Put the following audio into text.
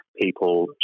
people